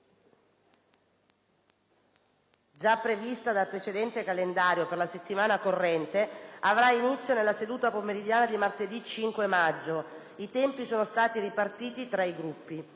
già prevista dal precedente calendario per la settimana corrente, avrà inizio nella seduta pomeridiana di martedì 5 maggio. I tempi sono stati ripartiti tra i Gruppi.